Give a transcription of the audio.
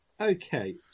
Okay